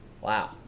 Wow